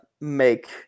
make